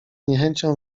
niechęcią